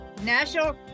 National